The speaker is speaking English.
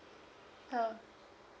oh